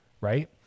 right